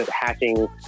hacking